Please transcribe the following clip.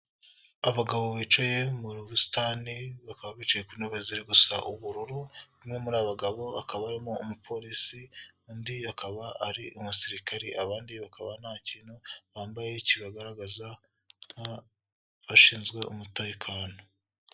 Abagabo bicaye mu busitani bakaba bicaye ku ntebe ziri gusa ubururu, umwe muri abagabo akaba arimo umupolisi, undi akaba ari umusirikare, abandi bakaba nta kintu bambaye kibagaragaza nk'abashinzwe umutekano.